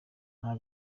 nta